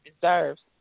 deserves